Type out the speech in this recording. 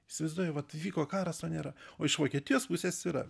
įsivaizduoji vat įvyko karas o nėra o iš vokietijos pusės yra